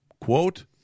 Quote